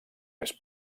més